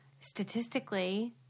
statistically